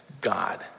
God